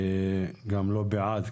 וגם לא בעד.